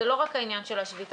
זה לא רק העניין של השביתה.